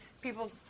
people